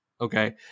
okay